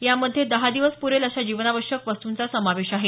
यामध्ये दहा दिवस पुरेल अशा जीवनावश्यक वस्तुंचा समावेश आहे